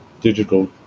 digital